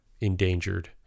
endangered